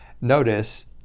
notice